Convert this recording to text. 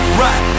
right